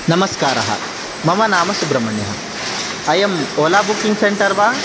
नमस्कारः मम नाम सुब्रह्मण्यः अयम् ओला बुकिङ्ग् सेण्टर् वा